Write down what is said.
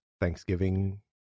thanksgiving